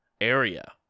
area